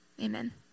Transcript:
Amen